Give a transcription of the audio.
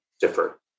differ